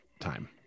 time